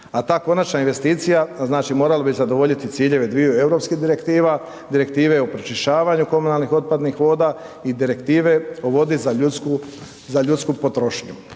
A ta konačna investicija, znači morali bi zadovoljiti ciljeve dviju europskih direktiva, direktive o pročišćavanju komunalnih otpadnih voda i direktive o vodi za ljudsku potrošnju.